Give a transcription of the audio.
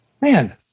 Man